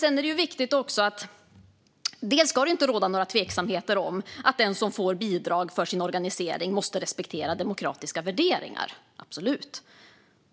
Sedan är det viktigt att det inte ska råda några tveksamheter om att den som får bidrag för sin organisering måste respektera demokratiska värderingar - absolut!